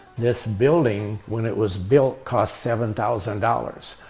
this building when it was built cost seven thousand dollars.